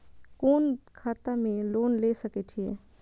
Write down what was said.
कोन खाता में लोन ले सके छिये?